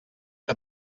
que